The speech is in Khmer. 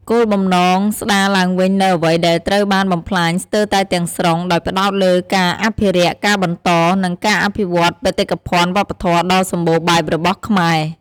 គោលបំណងស្តារឡើងវិញនូវអ្វីដែលត្រូវបានបំផ្លាញស្ទើរតែទាំងស្រុង ដោយផ្តោតលើការអភិរក្ស ការបន្ត និងការអភិវឌ្ឍន៍បេតិកភណ្ឌវប្បធម៌ដ៏សម្បូរបែបរបស់ខ្មែរ។